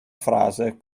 frase